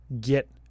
get